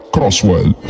Crosswell